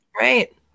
Right